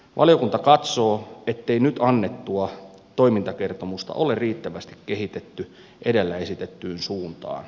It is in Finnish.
valiokunta katsoo ettei nyt annettua toimintakertomusta ole riittävästi kehitetty edellä esitettyyn suuntaan